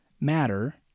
matter